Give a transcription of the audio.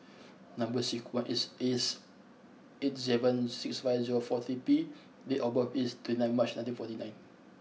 number sequence is S eight seven six five zero four three P date of birth is twenty ninth March nineteen forty nine